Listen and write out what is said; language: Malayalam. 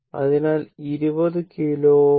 അതിനാൽ 20 കിലോ Ω